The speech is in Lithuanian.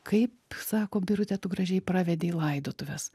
kaip sako birute tu gražiai pravedei laidotuves